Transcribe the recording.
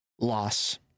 loss